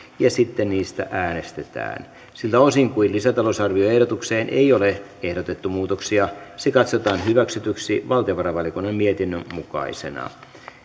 ja sitten niistä äänestetään siltä osin kuin lisäta lousarvioehdotukseen ei ole ehdotettu muutoksia se katsotaan hyväksytyksi valtiovarainvaliokunnan mietinnön mukaisena